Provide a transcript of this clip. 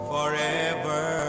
Forever